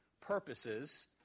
purposes